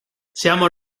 seamos